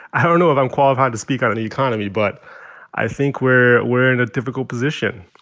i don't know if i'm qualified to speak on the economy, but i think we're we're in a difficult position.